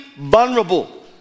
vulnerable